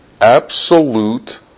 absolute